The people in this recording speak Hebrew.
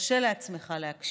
מרשה לעצמך להקשיב,